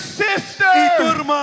sister